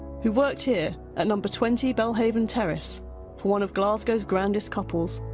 who worked here at number twenty belhaven terrace for one of glasgow's grandest couples,